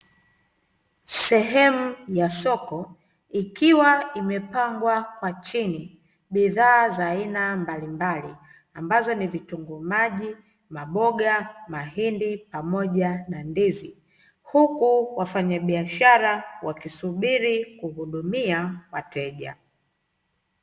Sehemu ya soko ikiwa imepangwa kwa chini bidhaa za aina mbalimbali ambazo ni: vitunguu maji, maboga, mahindi, pamoja na ndizi. Huku wafanyabiashara wakisubiri kuhudumia wateja.